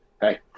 hey